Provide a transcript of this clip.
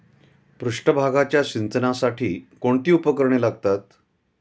पृष्ठभागाच्या सिंचनासाठी कोणती उपकरणे लागतात?